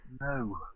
No